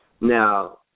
Now